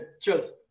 Cheers